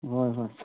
ꯑꯍꯣꯏ ꯍꯣꯏ